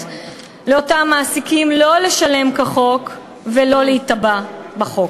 לאותם מעסיקים לא לשלם כחוק ולא להיתבע בחוק.